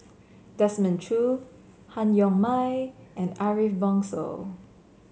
Desmond Choo Han Yong May and Ariff Bongso